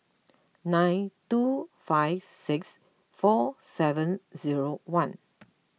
nine two five six four seven zero one